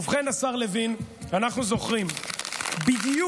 ובכן, השר לוין, אנחנו זוכרים בדיוק